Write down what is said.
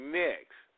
next